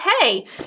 Hey